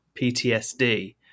PTSD